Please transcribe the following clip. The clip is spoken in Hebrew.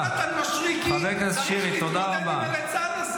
יונתן מישרקי צריך להתמודד עם הליצן הזה.